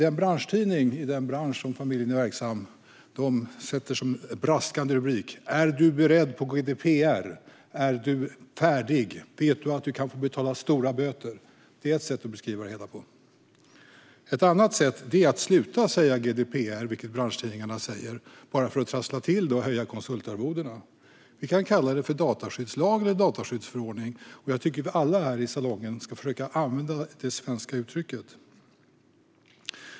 I branschtidningen i den bransch där familjen är verksam sattes en braskande rubrik: Är du beredd på GDPR? Är du färdig? Vet du att du kan få betala stora böter? Det är ett sätt att beskriva det hela. Ett annat sätt är att sluta säga GDPR, vilket branschtidningarna säger bara för att trassla till det och höja konsultarvodena. Vi kan kalla det för dataskyddslagen eller dataskyddsförordningen. Jag tycker att alla i den här salongen ska försöka använda det svenska uttrycket.